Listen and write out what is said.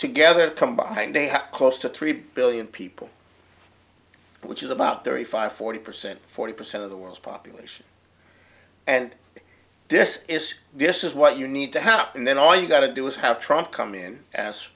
together combined they have close to three billion people which is about thirty five forty percent forty percent of the world's population and this is this is what you need to have up and then all you got to do is have trunk come in as